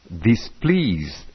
Displeased